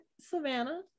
Savannah